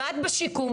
ואת בשיקום,